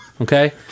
Okay